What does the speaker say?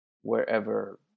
wherever